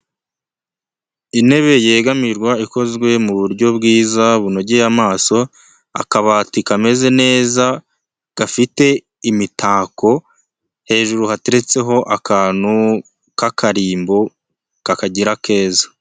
Intebe yegamirwa ikozwe mu buryo bwiza bunogeye amaso, akabati kameze neza gafite imitako hejuru hateretseho akantu k'akarimbo kakagira keza.